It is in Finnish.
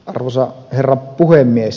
arvoisa herra puhemies